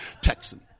Texan